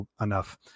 enough